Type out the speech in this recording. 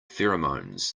pheromones